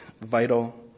vital